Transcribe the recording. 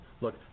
Look